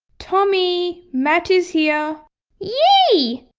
tommy, matt is here yay!